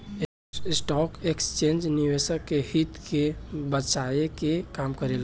stock exchange निवेशक के हित के बचाये के काम करेला